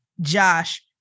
Josh